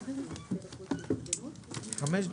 בשעה 12:16.